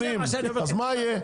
אז מה יהיה?